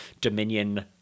Dominion